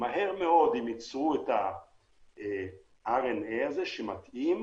מהר מאוד הם ייצרו את הרנ"א הזה שמתאים